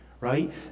right